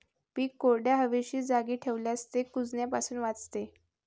पीक कोरड्या, हवेशीर जागी ठेवल्यास ते कुजण्यापासून वाचते